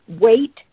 wait